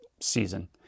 season